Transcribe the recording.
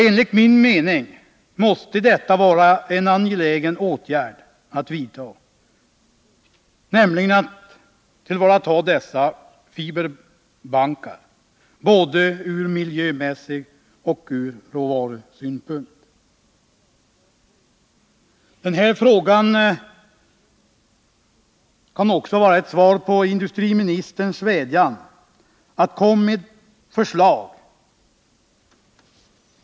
Enligt min mening måste det både ur miljösynpunkt och ur råvarusynpunkt vara angeläget att tillvarata dessa fiberbankar. Detta kan också vara ett svar på industriministerns vädjan om att man skall komma med förslag.